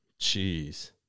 Jeez